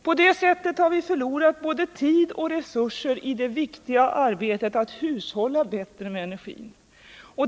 På detta sätt har vi förlorat både tid och resurser i det viktiga arbetet att hushålla bättre med energin.